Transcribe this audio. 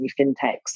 fintechs